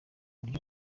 buryo